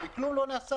אך כלום לא נעשה.